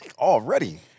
Already